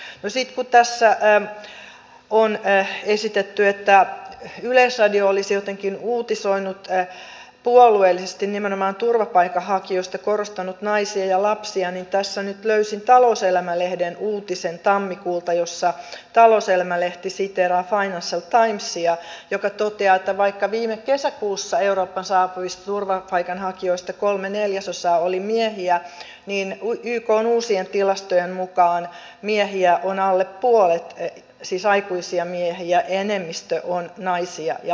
no sitten kun tässä on esitetty että yleisradio olisi uutisoinut jotenkin puolueellisesti nimenomaan turvapaikanhakijoista ja korostanut naisia ja lapsia niin tässä nyt löysin talouselämä lehden uutisen tammikuulta jossa se siteeraa financial timesia joka toteaa että vaikka viime kesäkuussa eurooppaan saapuvista turvapaikanhakijoista kolme neljäsosaa oli miehiä niin ykn uusien tilastojen mukaan miehiä on alle puolet siis aikuisia miehiä enemmistö on naisia ja lapsia